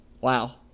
wow